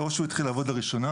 או שהוא התחיל לעבוד לראשונה,